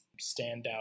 standout